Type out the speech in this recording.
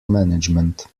management